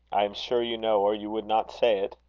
i am sure you know, or you would not say it.